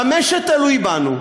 במה שתלוי בנו,